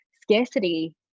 scarcity